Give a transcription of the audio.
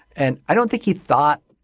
and i don't think he thought